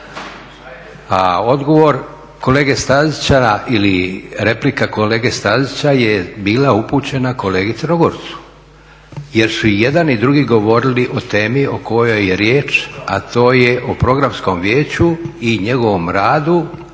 A odgovor kolege Stazića ili replika kolege Stazića je bila upućena kolegi Crnogorcu, jer su i jedan i drugi govorili o temi o kojoj je riječ a to je o Programskom vijeću i njegovom radu.